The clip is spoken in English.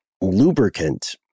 lubricant